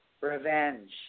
revenge